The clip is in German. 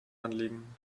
anlegen